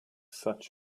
such